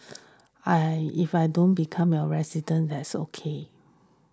I if I don't become your that's okay